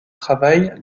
travail